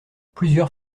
plusieurs